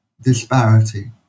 disparity